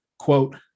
quote